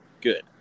Good